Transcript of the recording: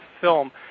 film